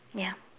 ya